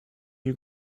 you